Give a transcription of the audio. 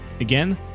Again